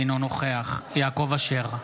אינו נוכח יעקב אשר,